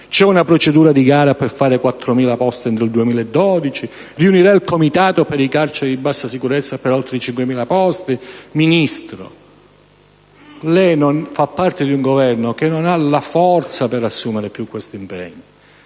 c'è una procedura di gara per fare 4.000 posti entro il 2012, riunirà il comitato per le carceri di bassa sicurezza per altri 5.000 posti. Ministro, lei fa parte di un Governo che non ha più la forza per assumere questi impegni: